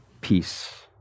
peace